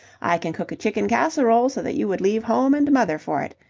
i can cook a chicken casserole so that you would leave home and mother for it.